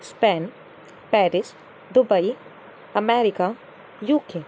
Spain Paris Dubai America UK